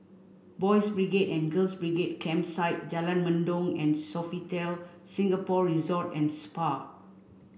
Boys' Brigade and Girls' Brigade Campsite Jalan Mendong and Sofitel Singapore Resort and Spa